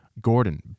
Gordon